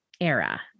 era